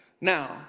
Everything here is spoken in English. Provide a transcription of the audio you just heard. Now